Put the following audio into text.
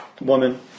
woman